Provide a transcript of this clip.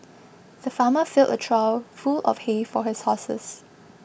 the farmer filled a trough full of hay for his horses